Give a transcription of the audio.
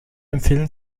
empfehlen